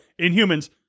Inhumans